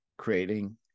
creating